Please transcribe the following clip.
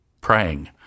praying